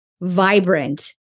vibrant